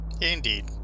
Indeed